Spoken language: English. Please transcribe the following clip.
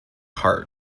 heart